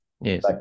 Yes